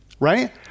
Right